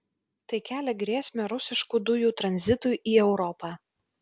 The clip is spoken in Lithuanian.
tai kelia grėsmę rusiškų dujų tranzitui į europą